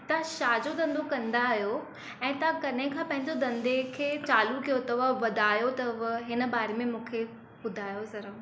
तव्हां छाजो धंधो कंदा आहियो ऐं तव्हां कॾहिं खां पंहिंजे धंधे खे चालू कयो अथव वधायो अथव हिन बारे में मूंखे ॿुधायो ज़रा